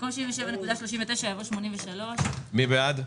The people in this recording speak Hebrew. במקום 77.39 יבוא 83. מי בעד?